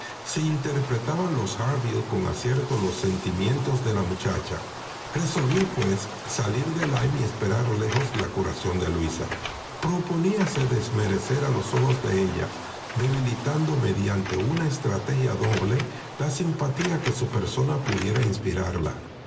si interpretaban los harville con acierto los sentimientos de la muchacha resolvió pues salir de lyme y esperar lejos la curación de luisa proponíase desmerecer a los ojos de ella debilitando mediante una estrategia noble la simpatía que su persona pudiera inspirarla